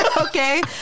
Okay